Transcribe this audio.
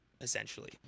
essentially